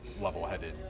level-headed